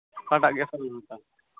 ᱚᱠᱟᱴᱟᱜ ᱜᱮᱥᱮᱢ ᱦᱟᱛᱟᱣᱟ